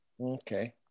Okay